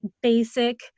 basic